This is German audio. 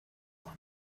von